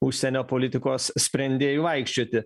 užsienio politikos sprendėjų vaikščioti